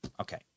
Okay